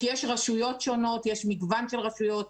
כי יש רשויות שונות, יש מגוון של רשויות.